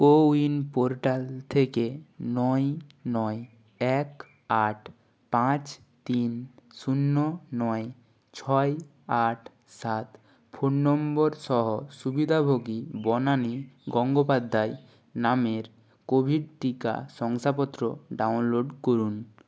CoWIN portal থেকে নয় নয় এক আট পাঁচ তিন শূণ্য নয় ছয় আট সাত ফোন নম্বর সহ সুবিধাভোগী বনাণী গঙ্গোপাধ্যায় নামের কোভিড টিকা শংসাপত্র ডাউনলোড করুন